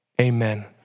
Amen